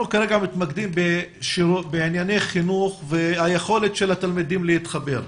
אנחנו כרגע מתמקדים בענייני חינוך וביכולת של התלמידים להתחבר.